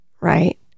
right